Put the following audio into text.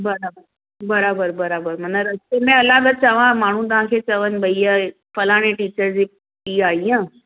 बराबरु बराबरु बराबरु माना रस्ते में हलां त चवां माण्हू तव्हांखे चवनि भई हीअ हे फलाणी टीचर जी ई आई आहे